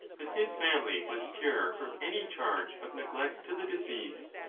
that his family was pure from any charge of neglect to the deceased,